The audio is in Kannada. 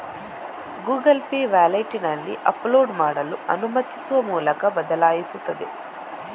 ಗೂಗಲ್ ಪೇ ವ್ಯಾಲೆಟಿನಲ್ಲಿ ಅಪ್ಲೋಡ್ ಮಾಡಲು ಅನುಮತಿಸುವ ಮೂಲಕ ಬದಲಾಯಿಸುತ್ತದೆ